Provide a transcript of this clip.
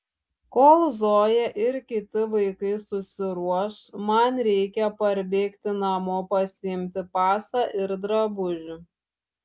kol zoja ir kiti vaikai susiruoš man reikia parbėgti namo pasiimti pasą ir drabužių